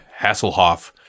Hasselhoff